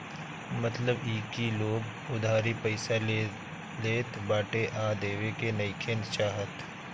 मतलब इ की लोग उधारी पईसा ले लेत बाटे आ देवे के नइखे चाहत